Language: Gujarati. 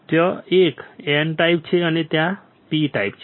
ત્યાં એક N ટાઈપ છે અને ત્યાં P ટાઈપ છે